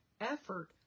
effort